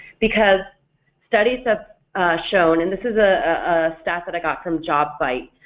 because studies have shown, and this is a stat that i got from jobvite,